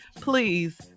Please